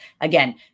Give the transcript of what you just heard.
again